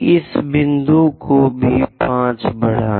इस बिंदु को भी 5 बढ़ाएँ